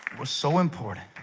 was so important